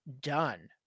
done